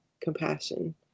compassion